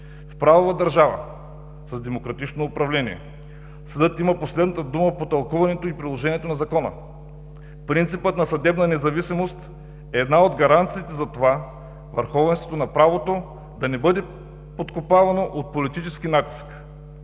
В правова държава, с демократично управление, съдът има последната дума по тълкуването и приложението на Закона. Принципът на съдебна независимост е една от гаранциите за това върховенството на правото да не бъде подкопавано от политически натиск.